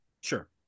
Sure